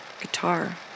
guitar